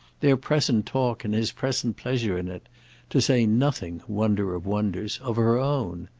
their present talk and his present pleasure in it to say nothing, wonder of wonders, of her own.